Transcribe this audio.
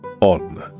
On